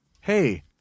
hey